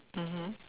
mmhmm